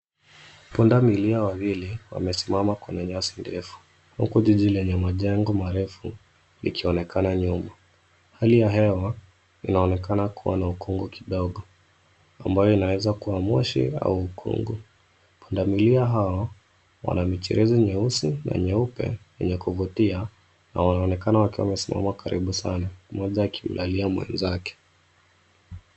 Punda milia wawili wamesimama kwenye nyasi ndefu huku jiji lenye majengo marefu likionekana nyuma. Hali ya hewa inaonekana kuwa na ukungu kidogo ambayo inaweza kuwa moshi au ukungu. Punda milia hao wana michirizi nyeusi na nyeupe yenye kuvutia na wanaonekana wakiwa wamesimama karibu sana moja akilalia mwenzake.